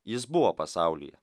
jis buvo pasaulyje